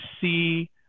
see